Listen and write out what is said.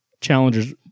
Challengers